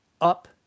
up